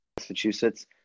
Massachusetts